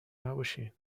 نباشین